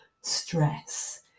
stress